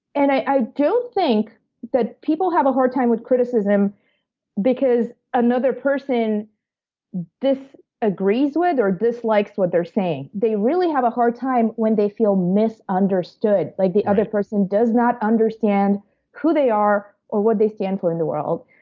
and i don't think that people have a hard time with criticism because another person ah disagrees with or dislikes what they're saying. they really have a hard time when they feel misunderstood. like the other person does not understand who they are or what they stand for in the world.